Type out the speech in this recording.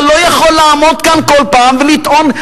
אתה לא יכול לעמוד כאן כל פעם ולטעון.